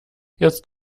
jetzt